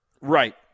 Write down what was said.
Right